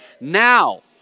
now